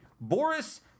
Boris